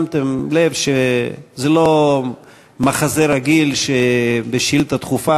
שמתם לב שזה לא מחזה רגיל שבשאילתה דחופה